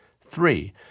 Three